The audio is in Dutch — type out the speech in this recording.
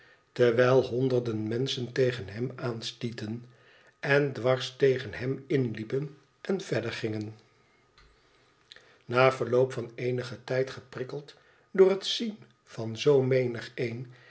terwijl honderden menschen tegen hem aanstieten en dwars tegen hem inliepen en verder gingen na verloop van eenigen tijd geprikkeld door het zien van zoo menigeen